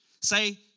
Say